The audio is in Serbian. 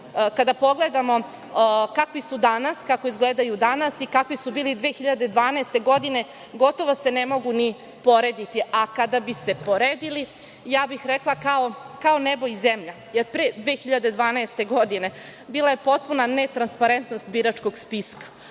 kada pogledamo kakvi su danas, kako izgledaju danas i kakvi su bili 2012. godine, gotovo se ne mogu ni porediti, a kada bi se poredili, ja bih rekla kao nebo i zemlja, jer pre 2012. godine, bila je potpuna netransparentnost biračkog spiska,